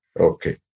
Okay